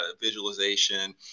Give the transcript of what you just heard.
visualization